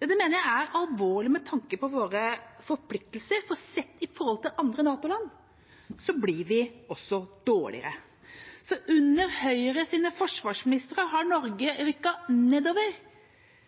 Det mener jeg er alvorlig, med tanke på våre forpliktelser, for sett i forhold til andre NATO-land blir vi også dårligere. Under Høyres forsvarsministere har Norge rykket nedover